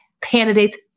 candidates